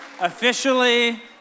officially